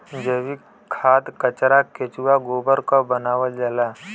जैविक खाद कचरा केचुआ गोबर क बनावल जाला